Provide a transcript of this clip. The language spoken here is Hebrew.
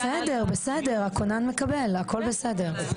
בסדר, בסדר, הכונן מקבל, הכל בסדר.